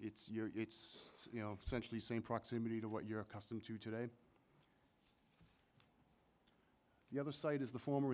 it's your it's essentially same proximity to what you're accustomed to today the other side is the former